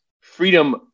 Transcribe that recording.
freedom